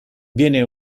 viene